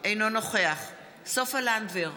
אינו נוכח סופה לנדבר,